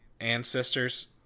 ancestors